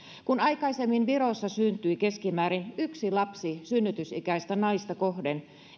kun aikaisemmin virossa syntyi keskimäärin yksi lapsi synnytysikäistä naista kohden